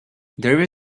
there